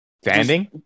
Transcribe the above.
Standing